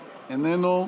איננו,